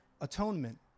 Atonement